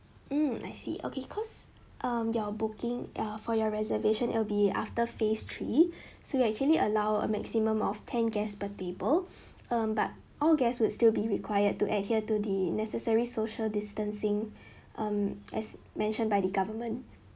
mm I see okay cause um your booking uh for your reservation it'll be after phase three so we actually allow a maximum of ten guests per table um but all guests would still be required to adhere to the necessary social distancing um as mentioned by the government